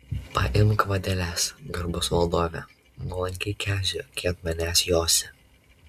paimk vadeles garbus valdove nuolankiai kęsiu kai ant manęs josi